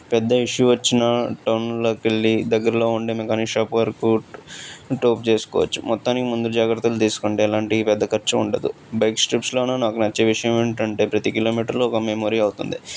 పెద్ద ఇష్యూ వచ్చినా టౌన్లోకి వెళ్ళి దగ్గరలో ఉండే మెకానిక్ షాప్ వరకు తోపు చేసుకోవచ్చు మొత్తానికి ముందు జాగ్రత్తలు తీసుకుంటే ఎలాంటి పెద్ద ఖర్చు ఉండదు బైక్స్ ట్రిప్స్లోను నాకు నచ్చే విషయం ఏమిటి అంటే ప్రతి కిలోమీటర్లో ఒక మెమొరీ అవుతుంది